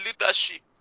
leadership